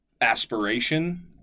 aspiration